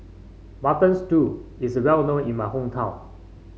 Mutton Stew is well known in my hometown